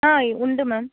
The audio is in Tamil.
ஆ உண்டு மேம்